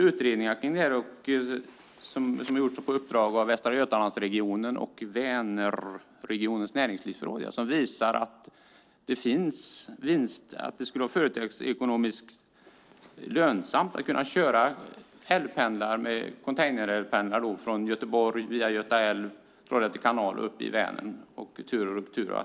Utredningar har gjorts på uppdrag av Västra Götalandsregionen och Vänerregionens näringslivsråd som visar att det företagsekonomiskt skulle vara lönsamt med containerälvspendel från Göteborg via Göta älv, Trollhätte kanal och upp till Vänern, tur och retur.